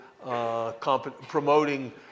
promoting